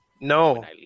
No